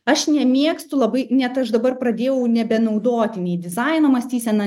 aš nemėgstu labai net aš dabar pradėjau nebenaudoti nei dizaino mąstysena